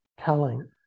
telling